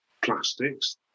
plastics